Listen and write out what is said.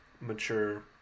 mature